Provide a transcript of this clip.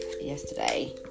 yesterday